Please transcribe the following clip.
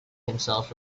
himself